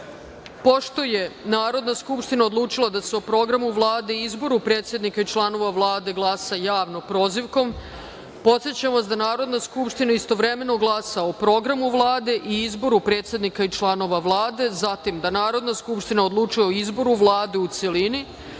je Narodna skupština odlučila da se o Programu Vlade i izboru predsednika i članova Vlade glasa javno, prozivkom, podsećam vas da Narodna skupština istovremeno glasa o Programu Vlade i izboru predsednika i članova Vlade, zatim da Narodna skupština odlučuje o izboru Vlade u celini